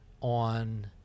on